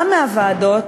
גם מהוועדות,